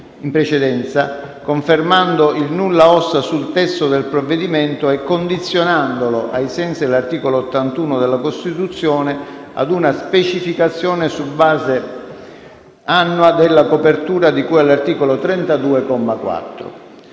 in precedenza, confermando il nullaosta sul testo del provvedimento e condizionandolo, ai sensi dell'articolo 81 della Costituzione, ad una specificazione su base annua della copertura di cui all'articolo 32,